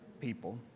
people